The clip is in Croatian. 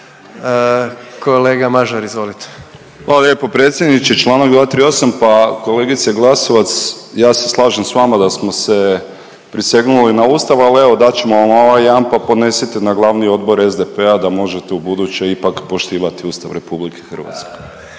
**Mažar, Nikola (HDZ)** Hvala lijepo predsjedniče, čl. 238.. Pa kolegice Glasovac, ja se slažem s vama da smo se prisegnuli na ustav, al evo dati ćemo vam ovaj jedan, pa ponesite na glavni odbor SDP-a da možete ubuduće ipak poštivati Ustav RH.